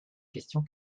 question